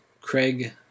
Craig